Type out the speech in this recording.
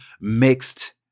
mixed